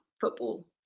football